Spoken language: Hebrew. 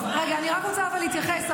אני רק רוצה להתייחס.